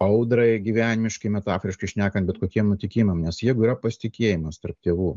audrai gyvenimiškai metaforiškai šnekant bet kokiem nutikimam nes jeigu yra pasitikėjimas tarp tėvų